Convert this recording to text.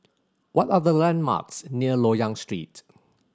what are the landmarks near Loyang Street